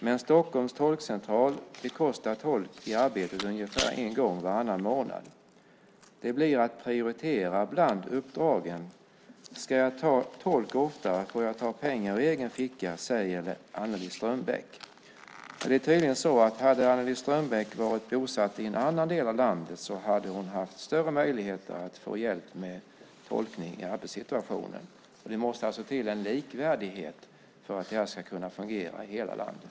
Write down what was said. Men Stockholms tolkcentral bekostar tolk i arbetet ungefär en gång varannan månad. Det blir att prioritera bland uppdragen. Ska jag ha tolk oftare får jag ta pengar ur egen ficka, säger Annelie Strömbeck." Hade Annelie Strömbeck varit bosatt i en annan del av landet hade hon haft större möjligheter att få hjälp med tolkning i arbetssituationen. Det måste till en likvärdighet för att det ska kunna fungera i hela landet.